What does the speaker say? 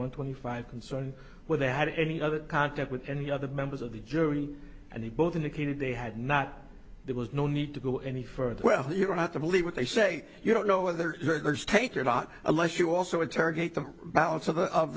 one twenty five concerned where they had any other contact with any other members of the jury and they both indicated they had not there was no need to go any further well you don't have to believe what they say you don't know whether there's take or not unless you also interrogate the balance of the of